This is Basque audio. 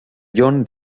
jon